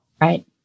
Right